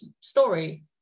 story